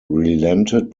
relented